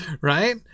right